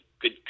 good